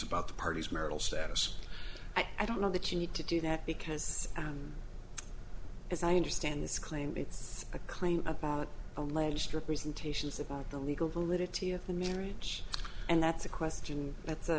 about the party's marital status i don't know that you need to do that because as i understand this claim it's a claim about alleged representations about the legal validity of the marriage and that's a question